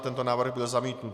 Tento návrh byl zamítnut.